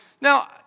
Now